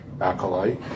Acolyte